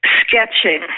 sketching